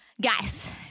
Guys